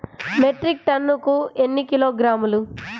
Metric టన్నుకు ఎన్ని కిలోగ్రాములు?